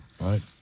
Right